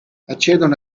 accedono